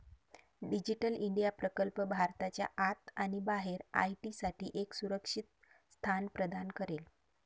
digital India प्रकल्प भारताच्या आत आणि बाहेर आय.टी साठी एक सुरक्षित स्थान प्रदान करेल